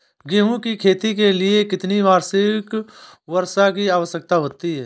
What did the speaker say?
गेहूँ की खेती के लिए कितनी वार्षिक वर्षा की आवश्यकता होती है?